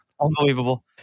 Unbelievable